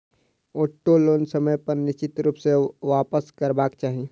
auto loan समय पर निश्चित रूप सॅ वापसकरबाक चाही